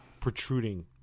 protruding